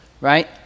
right